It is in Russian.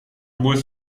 будет